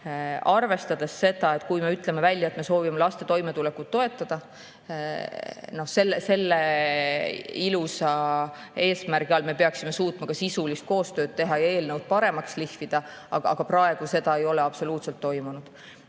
Arvestades seda, et kui me ütleme välja, et me soovime laste toimetulekut toetada, peaksime me selle ilusa eesmärgi all suutma ka sisulist koostööd teha ja eelnõu paremaks lihvida, aga praegu seda ei ole absoluutselt toimunud.